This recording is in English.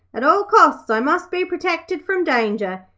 at all costs i must be protected from danger.